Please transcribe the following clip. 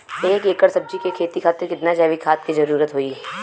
एक एकड़ सब्जी के खेती खातिर कितना जैविक खाद के जरूरत होई?